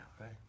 right